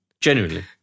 genuinely